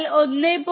5 volt 1